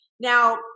Now